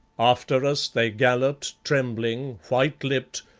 after us they galloped trembling, white-lipped,